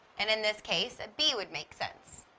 and in this case, a b would make sense.